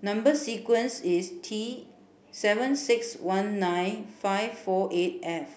number sequence is T seven six one nine five four eight F